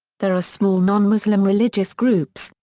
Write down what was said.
there are small non-muslim religious groups,